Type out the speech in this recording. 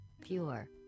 pure